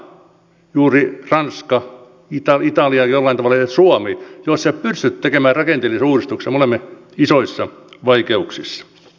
mutta jos juuri ranska italia jollain tavalla suomi emme pysty tekemään rakenteellisia uudistuksia me olemme isoissa vaikeuksissa